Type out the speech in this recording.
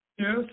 Yes